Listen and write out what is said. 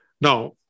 Now